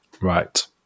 Right